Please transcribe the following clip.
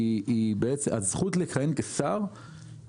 הזכות לכהן כשר,